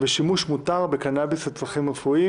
ושימוש מותר בקנביס לצרכים רפואיים.